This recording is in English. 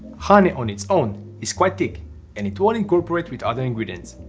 honey on its own is quite thick and it won't incorporate with other ingredients,